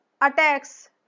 attacks